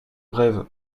brève